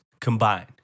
combined